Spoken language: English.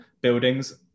buildings